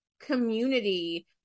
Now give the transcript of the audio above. Community